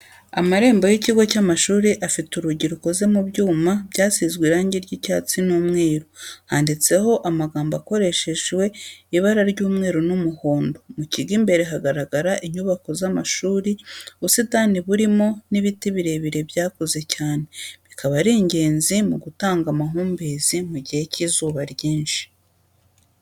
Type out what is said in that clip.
Amarembo y'ikigo cy'amashuri afite urugi rukoze mu byuma byasizwe irangi ry'icyatsi n'umweru handitseho amagambo akoreshejwe ibara ry'umweru n'umuhondo, mu kigo imbere hagaragara inyubako z'amashuri, ubusitani burimo n'ibiti birebire byakuze cyane, bikaba ari ingenzi mu gutanga amahumbezi mu gihe cy'izuba ryinshi.